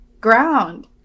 ground